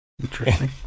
interesting